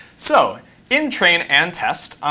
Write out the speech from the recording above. so in train and test,